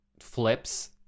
flips